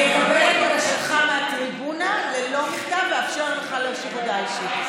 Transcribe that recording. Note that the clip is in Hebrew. אני אקבל את בקשתך מהטריבונה ללא מכתב ואאפשר לך הודעה אישית,